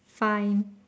fine